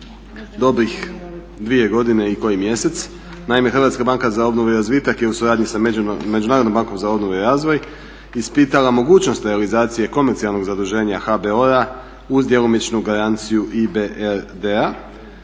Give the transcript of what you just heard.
dobrih dvije godine i koji mjesec. Naime, HBOR je u suradnji sa Međunarodnom bankom za obnovu i razvoj ispitala mogućnost realizacije komercijalnog zaduženja HBOR-a uz djelomičnu garanciju IBRD-a